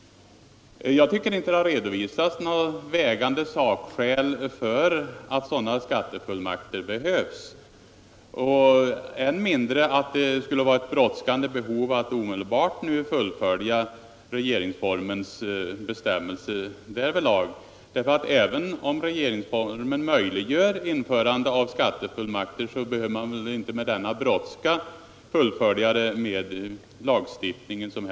Jag tycker inte att det har redovisats några vägande sakskäl för att skattefullmakter behövs, än mindre att det skulle vara ett brådskande behov att nu omedelbart fullfölja regeringsformens bestämmelser därvidlag. Även om regeringsformen möjliggör införande av skattefullmakter, så behöver man väl inte ha så bråttom.